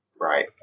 Right